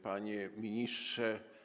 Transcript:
Panie Ministrze!